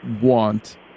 want